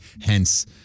hence